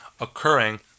occurring